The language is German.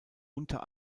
unter